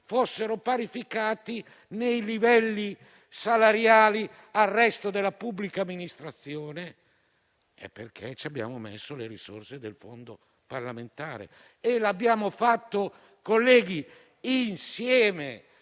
fossero parificati, nei livelli salariali, al resto della pubblica amministrazione, è perché abbiamo utilizzato le risorse del fondo parlamentare e l'abbiamo fatto insieme.